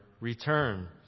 return